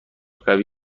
قوی